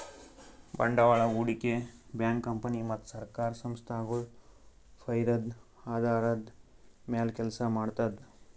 ಬಂಡವಾಳ್ ಹೂಡಿಕೆ bank company ಮತ್ತ್ ಸರ್ಕಾರ್ ಸಂಸ್ಥಾಗೊಳ್ ಫೈದದ್ದ್ ಆಧಾರದ್ದ್ ಮ್ಯಾಲ್ ಕೆಲಸ ಮಾಡ್ತದ್